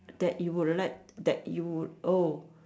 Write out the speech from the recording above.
that you would like that you would oh